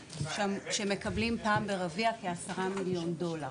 שמקבלים פעם ברבעון כ-10 מיליון דולר,